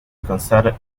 concerted